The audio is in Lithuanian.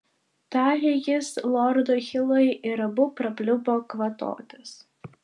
tarė jis lordui hilui ir abu prapliupo kvatotis